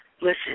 Listen